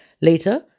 Later